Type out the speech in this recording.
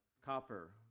copper